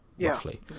Roughly